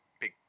big